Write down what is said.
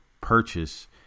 purchase